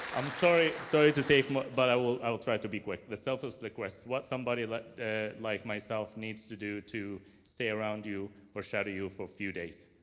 i'm sorry, sorry to take more but i will i will try to be quick. the selfless request, what somebody like like myself needs to do to stay around you or shadow you for a few days?